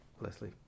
leslie